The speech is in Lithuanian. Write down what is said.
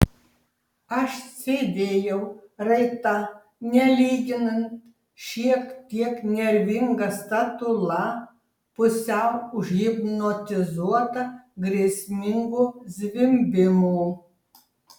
aš sėdėjau raita nelyginant šiek tiek nervinga statula pusiau užhipnotizuota grėsmingo zvimbimo